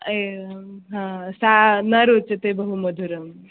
एवं हा सा न रोचते बहु मधुरम्